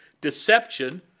Deception